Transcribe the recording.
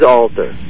altar